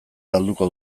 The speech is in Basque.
galduko